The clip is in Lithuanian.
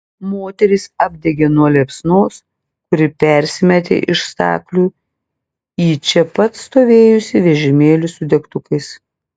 moterys apdegė nuo liepsnos kuri persimetė iš staklių į čia pat stovėjusį vežimėlį su degtukais